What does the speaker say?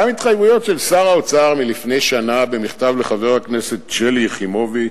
גם התחייבויות של שר האוצר מלפני שנה במכתב לחברת הכנסת שלי יחימוביץ,